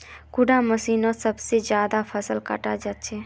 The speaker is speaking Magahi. कुंडा मशीनोत सबसे ज्यादा फसल काट छै?